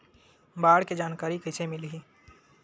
बाढ़ के जानकारी कइसे मिलही?